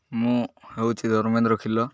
ମୁଁ ହେଉଛି ଧର୍ମେନ୍ଦ୍ର ଖିଲ